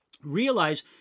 Realize